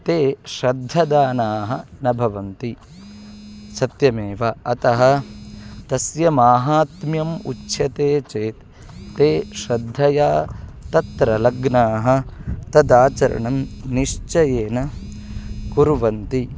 ते श्रद्धदानाः न भवन्ति सत्यमेव अतः तस्य माहात्म्यम् उच्यते चेत् ते श्रद्धया तत्र लग्नाः तदाचरणं निश्चयेन कुर्वन्ति